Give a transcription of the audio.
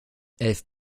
elf